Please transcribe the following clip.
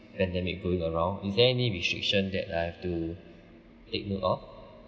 pandemic going around is there any restriction that I have to take note of